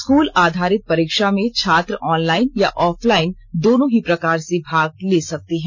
school आधारित परीक्षा में छात्र ऑनलाइन या ऑफलाइन दोनों ही प्रकार से भाग ले सकते हैं